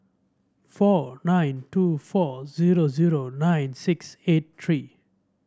four nine two four zero zero nine six eight three